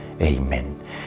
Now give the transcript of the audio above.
Amen